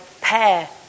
pair